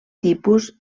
tipus